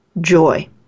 joy